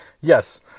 yes